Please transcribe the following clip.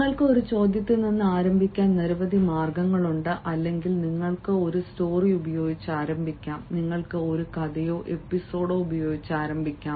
നിങ്ങൾക്ക് ഒരു ചോദ്യത്തിൽ നിന്ന് ആരംഭിക്കാൻ നിരവധി മാർഗങ്ങളുണ്ട് അല്ലെങ്കിൽ നിങ്ങൾക്ക് ഒരു സ്റ്റോറി ഉപയോഗിച്ച് ആരംഭിക്കാം നിങ്ങൾക്ക് ഒരു കഥയോ എപ്പിസോഡോ ഉപയോഗിച്ച് ആരംഭിക്കാം